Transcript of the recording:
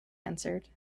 answered